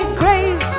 grave